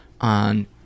on